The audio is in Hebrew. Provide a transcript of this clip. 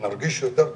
מרגיש יותר טוב,